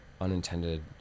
unintended